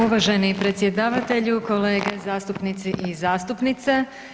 Uvaženi predsjedavatelju, kolege zastupnici i zastupnice.